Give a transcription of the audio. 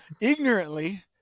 ignorantly